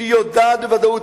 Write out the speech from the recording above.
שיודעת בוודאות,